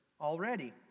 already